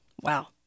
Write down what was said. Wow